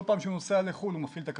פעם שהוא נוסע לחו"ל, הוא מטעין את הכרטיס.